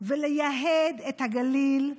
ולייהד את הגליל,